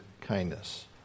kindness